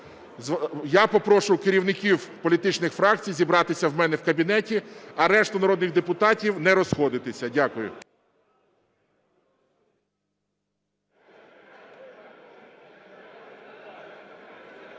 Я попрошу керівників політичних фракцій зібратися в мене в кабінеті, а решту народних депутатів – не розходитися. Дякую.